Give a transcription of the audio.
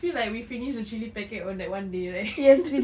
I feel like we finish the chili packet on that one day right